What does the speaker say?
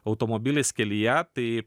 automobilis kelyje tai